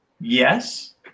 yes